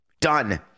done